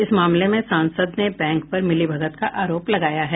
इस मामले में सांसद ने बैंक पर मिलीभगत का आरोप लगाया है